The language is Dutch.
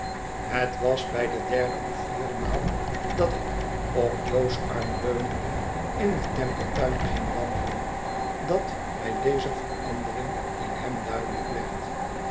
het was bij de derde of vierde maal dat ik op jo's arm leunende in den temple tuin ging wandelen dat mij deze verandering in hem duidelijk werd